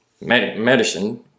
medicine